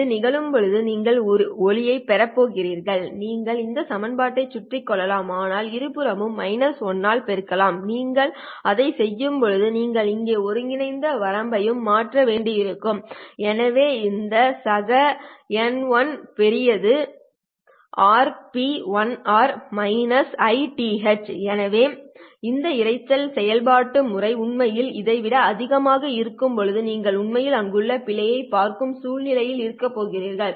இது நிகழும்போது நீங்கள் ஒரு பிழையைப் பெறப் போகிறீர்கள் நீங்கள் இந்த சமன்பாட்டைச் சுற்றிக் கொள்ளலாம் ஆனால் இருபுறமும் 1 ஆல் பெருக்கலாம் நீங்கள் அதைச் செய்யும்போது நீங்கள் இங்கே ஒருங்கிணைந்த வரம்பையும் மாற்ற வேண்டியிருக்கும் எனவே இந்த சக n1 எனவே இந்த இரைச்சல் செயல்முறை உண்மையில் இதை விட அதிகமாக இருக்கும்போது நீங்கள் உண்மையில் அங்குள்ள பிழையைப் பார்க்கும் சூழ்நிலையில் இருக்கப் போகிறீர்கள்